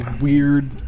weird